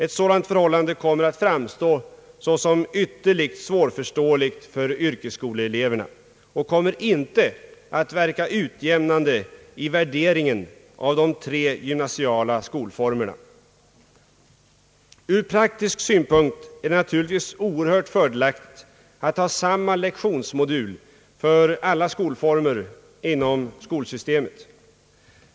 Ett sådant förhållande kommer att framstå såsom ytterligt svårförståeligt för yrkesskoleleverna och kommer inte att verka utjämnande i värderingen av de tre gymnasiala skolformerna. Ur praktisk synpunkt är det naturligtvis oerhört fördelaktigt att ha samma lektionsmodul för alla skolformer inom skolsystemet.